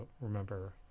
remember